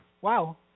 Wow